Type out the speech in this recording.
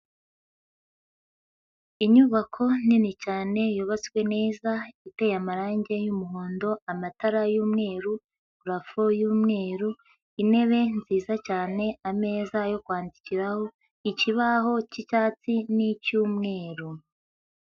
Inyubako nini cyane, yubatswe neza, iteye amarange y'umuhondo, amatara y'umweru, parafo y'umweru, intebe nziza cyane, ameza yo kwandikiraho, ikibaho cy'icyatsi n'icy'umweru.